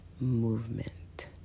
movement